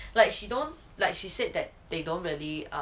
like she don't like she said that they don't really um